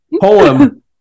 Poem